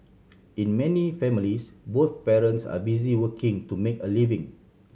in many families both parents are busy working to make a living